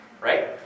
right